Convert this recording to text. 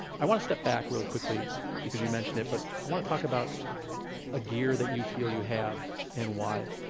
i want to step back really quickly because you mentioned it but i want to talk about a gear that you feel you have and why.